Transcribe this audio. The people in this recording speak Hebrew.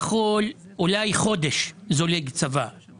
העיקרון המרכזי שלו הוא חופש הבחירה של אותו